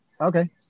Okay